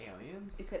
aliens